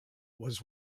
was